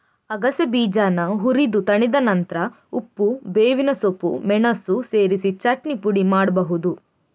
ಅಗಸೆ ಬೀಜಾನ ಹುರಿದು ತಣಿದ ನಂತ್ರ ಉಪ್ಪು, ಬೇವಿನ ಸೊಪ್ಪು, ಮೆಣಸು ಸೇರಿಸಿ ಚಟ್ನಿ ಪುಡಿ ಮಾಡ್ಬಹುದು